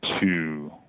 two